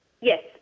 Yes